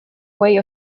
way